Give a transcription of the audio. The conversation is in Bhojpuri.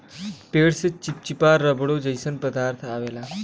पेड़ से चिप्चिपा रबड़ो जइसा पदार्थ अवेला